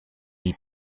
need